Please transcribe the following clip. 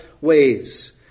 ways